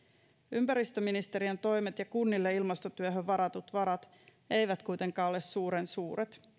ympäristöministeriön toimet ja kunnille ilmastotyöhön varatut varat eivät kuitenkaan ole suuren suuret